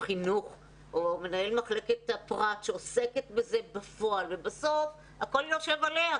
חינוך או מנהל מחלקת הפרט שעוסק בזה בפועל ובסוף הכול יושב עליה,